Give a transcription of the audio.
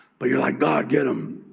but you're like, god get them.